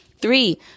Three